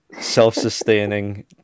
self-sustaining